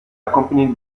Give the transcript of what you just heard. accompanied